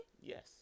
Yes